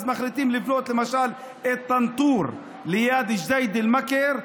למשל מחליטים לבנות את טנטור ליד ג'דיידה אל-מכר,